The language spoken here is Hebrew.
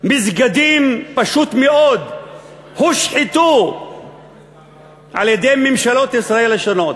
מסגדים פשוט מאוד הושחתו על-ידי ממשלות ישראל השונות.